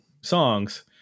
songs